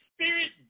Spirit